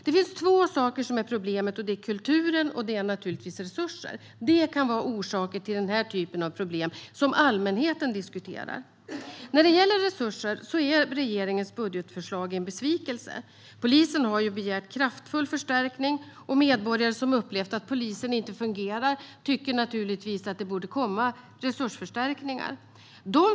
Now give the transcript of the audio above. Problemet består av två delar, och de är kulturen och naturligtvis resurser. Det kan vara orsakerna till den här typen av problem som allmänheten diskuterar. När det gäller resurser är regeringens budgetförslag en besvikelse. Polisen har begärt kraftfull förstärkning, och medborgare som har upplevt att polisen inte fungerar tycker naturligtvis att resursförstärkningar borde komma.